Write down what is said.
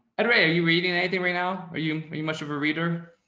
ed reay, are you reading anything right now? are you, are you much of a reader?